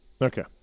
Okay